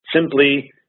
simply